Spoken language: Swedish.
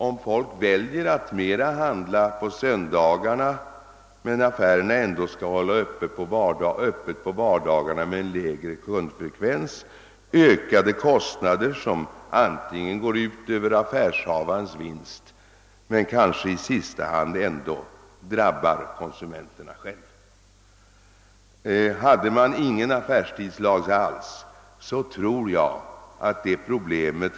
Om folk väljer att i större utsträckning handla på söndagarna, men affärerna ändå måste hålla öppet på vardagarna med lägre kundfrekvens, medför det ökade kostnader för affärsinnehavarna. Dessa kostnader måste gå ut över antingen affärsinnevararens vinst eller i sista hand drabba konsumenterna. Om det inte fanns någon affärstidslag hade detta problem.